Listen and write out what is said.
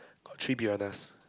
got three piranhas